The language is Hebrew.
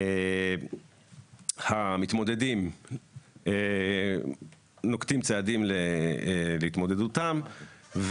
המתמודדים נוקטים צעדים להתמודדותם.